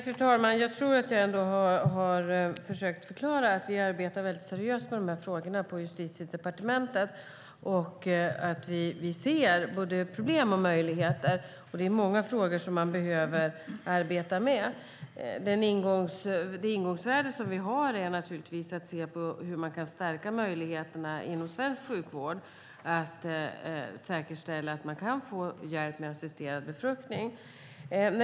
Fru talman! Jag har försökt förklara att vi arbetar mycket seriöst med dessa frågor på Justitiedepartementet. Vi ser både problem och möjligheter. Det finns många frågor som vi behöver arbeta med. Det ingångsvärde vi har är naturligtvis att se hur vi stärker möjligheterna inom svensk sjukvård när det gäller att säkerställa att man kan få hjälp med assisterad befruktning.